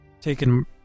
taken